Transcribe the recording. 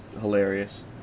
hilarious